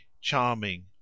charming